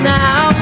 now